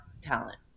talent